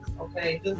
okay